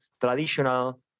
traditional